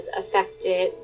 affected